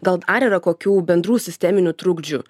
gal dar yra kokių bendrų sisteminių trukdžių